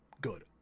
good